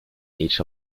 each